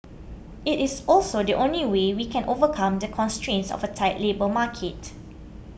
it is also the only way we can overcome the constraints of a tight labour market